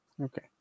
Okay